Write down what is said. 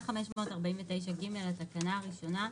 549(ג), התקנה הראשונה,